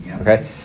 Okay